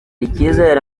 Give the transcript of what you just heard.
icyizere